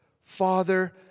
Father